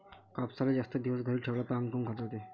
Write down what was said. कापसाले जास्त दिवस घरी ठेवला त आंग काऊन खाजवते?